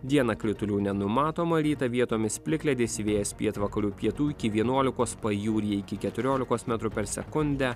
dieną kritulių nenumatoma rytą vietomis plikledis vėjas pietvakarių pietų iki vienuolikos pajūryje iki keturiolikos metrų per sekundę